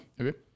Okay